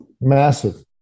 Massive